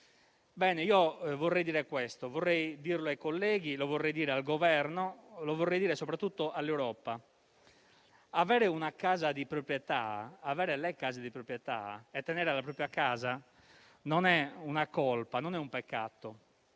da punire. Ebbene, vorrei dire ai colleghi, al Governo e soprattutto all'Europa che avere una casa di proprietà e tenere alla propria casa non è una colpa o un peccato,